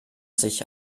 sich